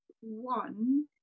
one